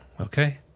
okay